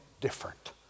different